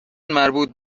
مربوط